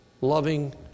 loving